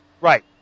Right